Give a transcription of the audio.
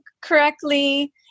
correctly